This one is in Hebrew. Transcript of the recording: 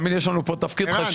תאמין לי, יש לנו פה תפקיד חשוב.